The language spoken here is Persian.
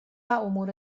امور